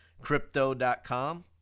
Crypto.com